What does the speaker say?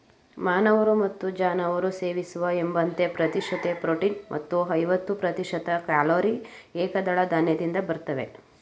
ಮಾನವರು ಮತ್ತು ಜಾನುವಾರು ಸೇವಿಸುವ ಎಂಬತ್ತು ಪ್ರತಿಶತ ಪ್ರೋಟೀನ್ ಮತ್ತು ಐವತ್ತು ಪ್ರತಿಶತ ಕ್ಯಾಲೊರಿ ಏಕದಳ ಧಾನ್ಯದಿಂದ ಬರ್ತವೆ